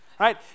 right